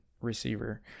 receiver